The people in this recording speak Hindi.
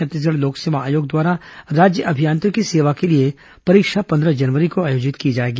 छत्तीसगढ़ लोक सेवा आयोग द्वारा राज्य अभियांत्रिकी सेवा के लिए परीक्षा पंद्रह जनवरी को आयोजित की जाएगी